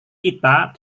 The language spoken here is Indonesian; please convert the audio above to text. kita